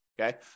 Okay